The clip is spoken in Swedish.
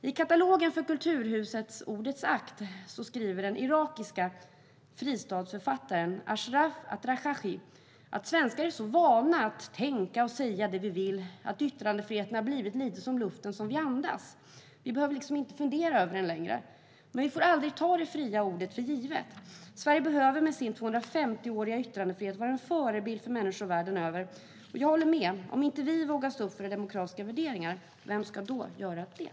I katalogen för Kulturhusets Ordets akt skriver den irakiska fristadsförfattaren Ashraf Atraqchi att svenskar är så vana att tänka och säga det vi vill att yttrandefriheten har blivit lite som luften vi andas - vi behöver liksom inte fundera över den längre - men att vi får aldrig ta det fria ordet för givet. Sverige, med sin 250-åriga yttrandefrihet, behöver vara en förebild för människor världen över. Jag håller med. Om inte vi vågar stå upp för demokratiska värderingar, vem ska då göra det?